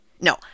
No